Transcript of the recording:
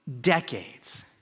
decades